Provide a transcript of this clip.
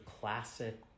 classic